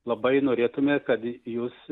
labai norėtume kad jūs